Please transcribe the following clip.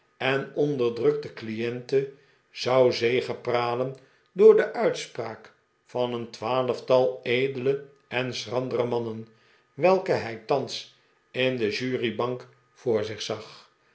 en onderdrukte cliente zou zegepralen door de uitspraak van een twaalftal edele en schrandere mannen welke hij thans in de jurybank voor zich